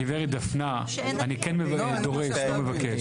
גב' דפנה, אני כן דורש, לא מבקש.